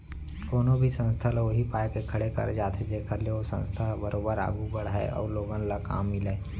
कोनो भी संस्था ल उही पाय के खड़े करे जाथे जेखर ले ओ संस्था ह बरोबर आघू बड़हय अउ लोगन ल काम मिलय